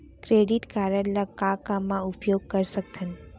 Credit card ला का का मा उपयोग कर सकथन?